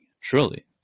truly